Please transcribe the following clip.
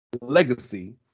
legacy